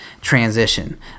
transition